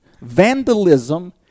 vandalism